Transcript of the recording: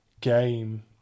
game